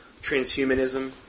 transhumanism